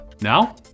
Now